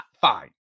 fine